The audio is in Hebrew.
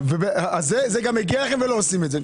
זה גם הגיע אליהם ולא עושים את זה.